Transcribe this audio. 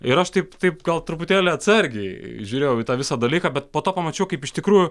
ir aš taip taip gal truputėlį atsargiai žiūrėjau į tą visą dalyką bet po to pamačiau kaip iš tikrųjų